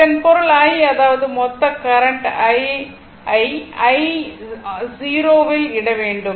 இதன் பொருள் i அதாவது மொத்த கரண்ட் i ஐ i 0 யில் இட வேண்டும்